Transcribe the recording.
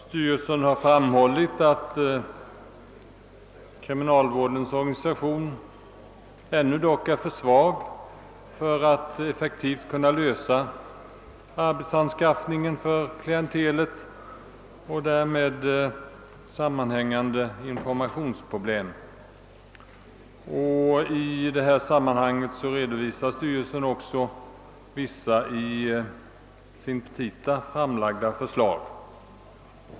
Styrelsen framhåller emellertid att kriminalvårdens organisation ännu är för svag för att effektivt kunna klara arbetsanskaffningen för klientelet och lösa därmed sammanhängande informationsproblem. Styrelsen redovisar också vissa i sina petita framlagda förslag.